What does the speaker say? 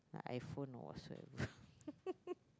iPhone whatsoever